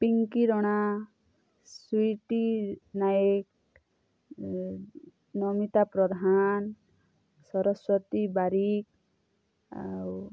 ପିଙ୍କି ରଣା ସୁଇଟି ନାଏକ ନମିତା ପ୍ରଧାନ ସରସ୍ଵତୀ ବାରିକ ଆଉ